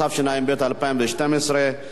התשע"ב 2012,